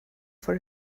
for